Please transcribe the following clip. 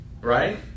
right